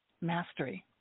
mastery